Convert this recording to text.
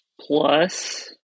plus